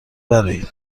برآیید